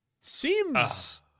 seems